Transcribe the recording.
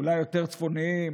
אולי יותר צפוניים.